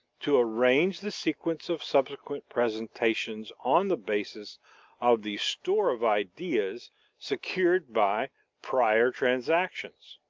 to arrange the sequence of subsequent presentations on the basis of the store of ideas secured by prior transactions.